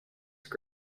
just